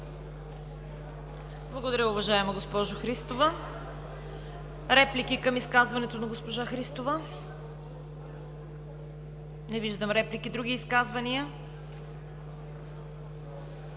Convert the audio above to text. Благодаря, уважаема госпожо Христова. Реплики към изказването на госпожа Христова? Не виждам реплики. Други изказвания?